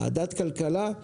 ועדת הכלכלה,